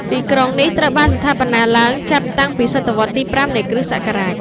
ទីក្រុងនេះត្រូវបានស្ថាបនាឡើងចាប់តាំងពីសតវត្សរ៍ទី៥ នៃគ.ស។